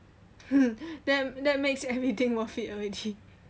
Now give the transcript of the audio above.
that that makes everything worth it already